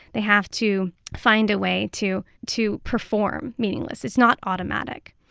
they have to find a way to to perform meaningless. it's not automatic.